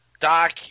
Doc